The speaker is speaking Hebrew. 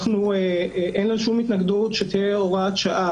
אין לנו שום התנגדות שתהיה הוראת שעה,